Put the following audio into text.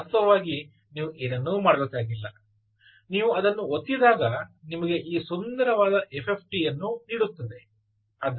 ವಾಸ್ತವವಾಗಿ ನೀವು ಏನನ್ನೂ ಮಾಡಬೇಕಾಗಿಲ್ಲ ನೀವು ಅದನ್ನು ಒತ್ತಿದಾಗ ನಿಮಗೆ ಈ ಸುಂದರವಾದ ಎಫ್ಎಫ್ಟಿ ಅನ್ನು ನೀಡುತ್ತದೆ